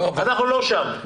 אנחנו לא שם.